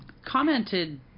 commented